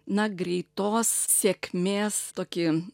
na greitos sėkmės tokį